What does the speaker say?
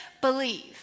believe